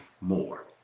more